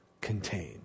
contained